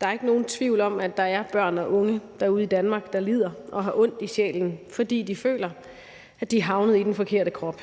Der er ikke nogen tvivl om, at der er børn og unge i Danmark, der lider og har ondt i sjælen, fordi de føler, at de er havnet i den forkerte krop.